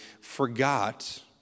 forgot